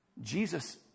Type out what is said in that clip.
Jesus